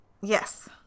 Yes